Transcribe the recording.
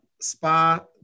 spa